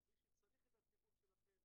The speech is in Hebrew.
תיכף אתייחס לכול.